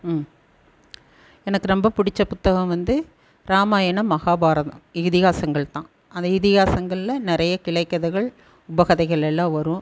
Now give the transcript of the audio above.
ம் எனக்கு ரொம்ப பிடிச்ச புத்தகம் வந்து ராமாயணம் மஹாபாரதம் இதிகாசங்கள்தான் அந்த இதிகாசங்களில் நிறைய கிளை கதைகள் உப கதைகளெல்லாம் வரும்